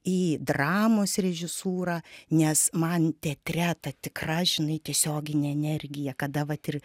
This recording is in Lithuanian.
į dramos režisūrą nes man teatre ta tikra žinai tiesioginė energija kada vat ir